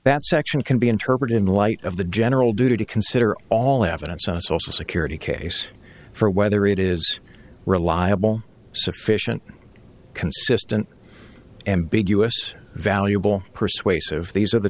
that section can be interpreted in light of the general duty to consider all evidence on a social security case for whether it is reliable sufficient consistent ambiguous valuable persuasive these are the